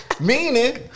Meaning